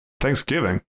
Thanksgiving